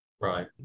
right